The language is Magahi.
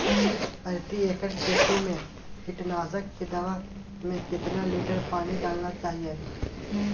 प्रति एकड़ खेती में कीटनाशक की दवा में कितना लीटर पानी डालना चाइए?